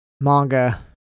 manga